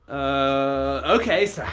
ah. okay. so.